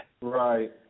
Right